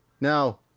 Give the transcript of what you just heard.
Now